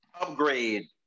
upgrade